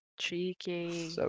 Cheeky